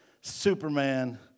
Superman